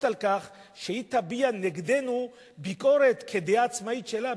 על כך שהיא תביע נגדנו ביקורת כדעה עצמאית שלה.